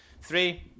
Three